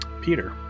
Peter